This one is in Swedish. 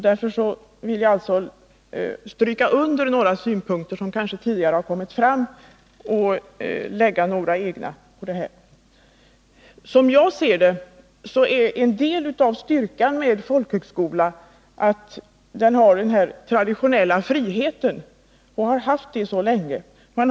Därför vill jag stryka under några synpunkter som tidigare har kommit fram och lägga till några egna. En del av folkhögskolans styrka är den traditionella frihet som den länge haft.